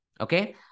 Okay